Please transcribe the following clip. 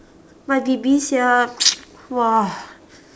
my baby sia !wah!